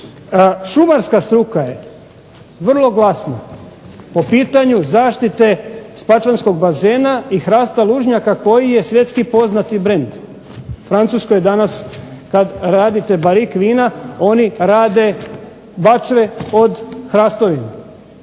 Šumarska struka je vrlo glasna po pitanju zaštite spačvanskog bazena i hrasta lužnjaka koji je svjetski poznati brend. U Francuskoj danas kad radite barik vina oni rade bačve od hrastovine.